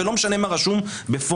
ולא משנה מה רשום בפועל.